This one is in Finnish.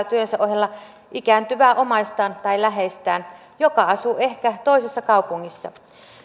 työnsä ohella ikääntyvää omaistaan tai läheistään joka asuu ehkä toisessa kaupungissa